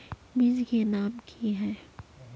बीज के नाम की है?